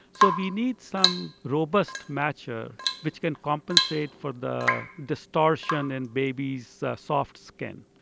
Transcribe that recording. so we need some robust matcher which can compensate for the distortion in babies' soft skin.